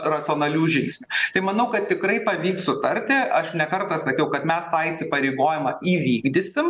racionalių žingsnių tai manau kad tikrai pavyks sutarti aš ne kartą sakiau kad mes tą įsipareigojimą įvykdysim